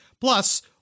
Plus